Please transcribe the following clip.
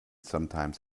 sometimes